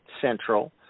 Central